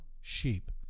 sheep